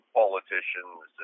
politicians